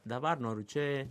dabar noriu čia